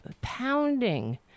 Pounding